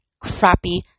crappy